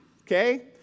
okay